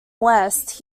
west